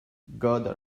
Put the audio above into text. god